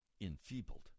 Enfeebled